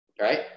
Right